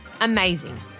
Amazing